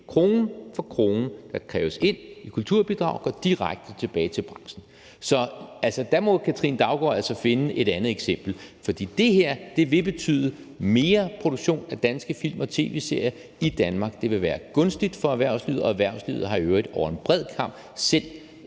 krone for krone, der kræves ind i kulturbidrag, går direkte tilbage til branchen. Så der må Katrine Daugaard altså finde et andet eksempel. For det her vil betyde mere produktion af danske film og tv-serier i Danmark. Det vil være gunstigt for erhvervslivet, og erhvervslivet har i øvrigt over en bred kam selv